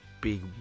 big